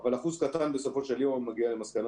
אבל אחוז קטן בסופו של יום מגיע למסקנה